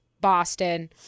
Boston